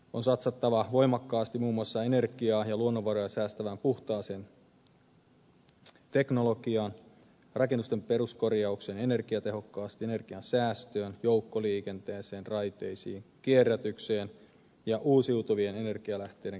on satsattava voimakkaasti muun muassa energiaa ja luonnonvaroja säästävään puhtaaseen teknologiaan rakennusten peruskorjaukseen energiatehokkaasti energian säästöön joukkoliikenteeseen raiteisiin kierrätykseen ja uusiutuvien energialähteiden kehittämiseen